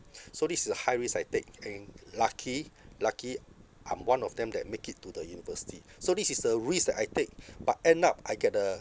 so this is a high risk I take and lucky lucky I'm one of them that make it to the university so this is the risk that I take but end up I get a